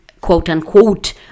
quote-unquote